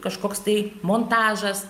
kažkoks tai montažas